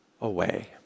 away